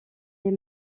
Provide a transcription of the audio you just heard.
les